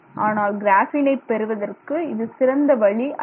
ஆனால் கிராஃபீனை பெறுவதற்கு இது சிறந்த வழி அல்ல